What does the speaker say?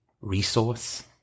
resource